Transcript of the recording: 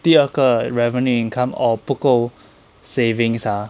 第二个 revenue income or 不够 savings ah